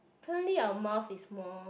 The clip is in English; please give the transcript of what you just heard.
apparently our mouth is more